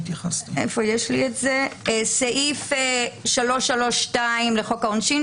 סעיף 332 לחוק העונשין,